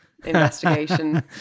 investigation